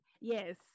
Yes